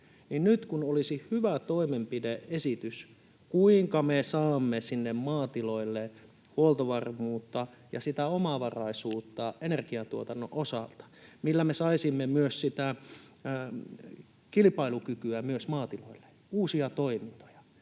nyt kun olisi hyvä toimenpide-esitys, kuinka me saamme sinne maatiloille huoltovarmuutta ja sitä omavaraisuutta energiantuotannon osalta, millä me saisimme myös sitä kilpailukykyä myös maatiloille, uusia toimintoja,